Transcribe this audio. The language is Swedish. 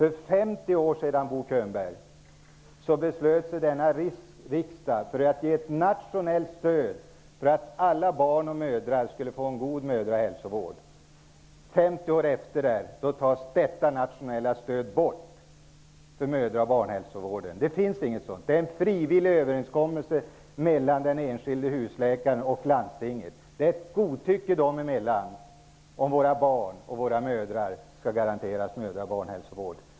För 50 år sedan, Bo Könberg, beslutade riksdagen att ge ett nationellt stöd för att alla barn och mödrar skulle få en god hälsovård. 50 år efteråt tas detta nationella stöd bort från mödrahälsovården och barnhälsovården. Det finns inte längre någonting sådant. Det skall vara en frivillig överenskommelse mellan den enskilde husläkaren och landstinget. Det är genom en godtycklig överenskommelse som våra barn och våra mödrar skall garanteras mödraoch barnhälsovård.